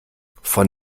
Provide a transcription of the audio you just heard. von